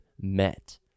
met